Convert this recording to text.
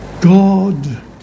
God